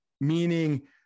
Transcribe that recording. meaning